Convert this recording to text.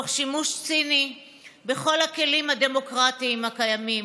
תוך שימוש ציני בכל הכלים הדמוקרטיים הקיימים,